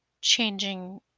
changing